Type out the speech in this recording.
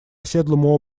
оседлому